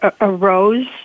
arose